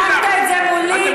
צעקת את זה מולי,